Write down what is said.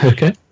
Okay